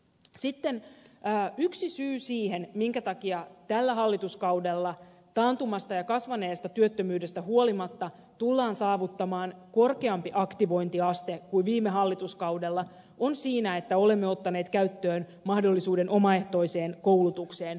sitten yksi syy siihen minkä takia tällä hallituskaudella taantumasta ja kasvaneesta työttömyydestä huolimatta tullaan saavuttamaan korkeampi aktivointiaste kuin viime hallituskaudella on siinä että olemme ottaneet käyttöön mahdollisuuden omaehtoiseen koulutukseen